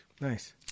Nice